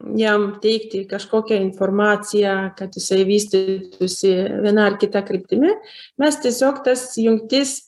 jam teikti kažkokią informaciją kad jisai vystytųsi viena ar kita kryptimi mes tiesiog tas jungtis